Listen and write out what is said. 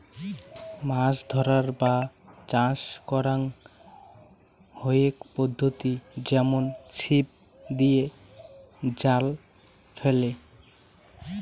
মাছ ধরার বা চাষ করাং কয়েক পদ্ধতি যেমন ছিপ দিয়ে, জাল ফেলে